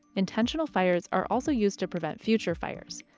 intentional fires are also used to prevent future fires.